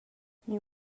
miu